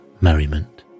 merriment